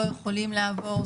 שלא יכולים לעבור.